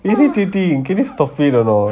irritating can you stop it or not